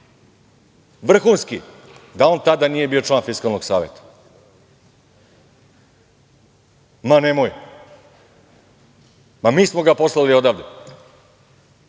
vrhunski, da on tada nije bio član Fiskalnog saveta? Ma nemoj? Mi smo ga poslali odavde,